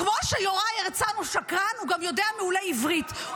כמו שיוראי הרצנו שקרן הוא גם יודע מעולה עברית.